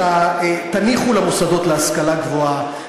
תניחו למוסדות להשכלה גבוהה,